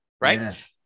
Right